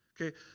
Okay